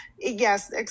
yes